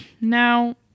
Now